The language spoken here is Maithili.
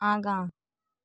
आगाँ